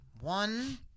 one